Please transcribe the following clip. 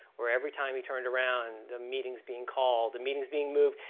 where every time he turned around, the meeting is being called, the meeting is being moved.